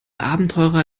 abenteurer